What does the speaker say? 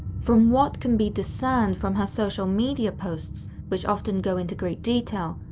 from what can be discerned from her social media posts, which often go into great detail,